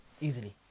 Easily